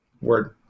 Word